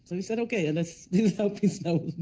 so we said, okay, and that's how peace now